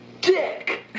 dick